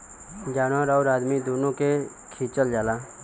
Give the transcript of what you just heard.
जानवर आउर अदमी दुनो से खिचल जाला